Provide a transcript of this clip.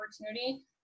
opportunity